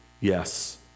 Yes